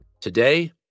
Today